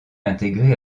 intégrer